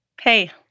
Hey